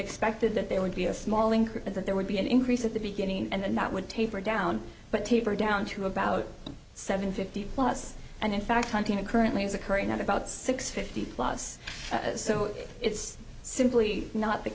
expected that there would be a small increase but that there would be an increase at the beginning and that would taper down but taper down to about seven fifty plus and in fact hunting it currently is occurring at about six fifty plots so it's simply not the